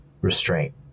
restraint